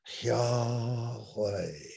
Yahweh